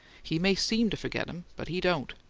he may seem to forget em, but he don't.